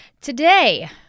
Today